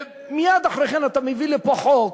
ומייד אחרי כן אתה מביא לפה חוק